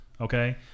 Okay